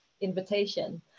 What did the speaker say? invitation